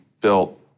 built